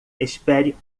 espere